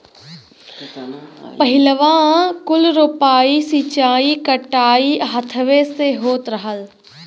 पहिलवाँ कुल रोपाइ, सींचाई, कटाई हथवे से होत रहल